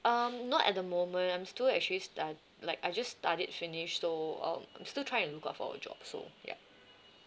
um not at the moment I'm still actually stu~ like I just studied finish so uh I'm still trying to look out for a job so ya